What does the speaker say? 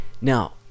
Now